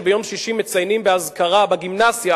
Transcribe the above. שביום שישי מציינים באזכרה בגימנסיה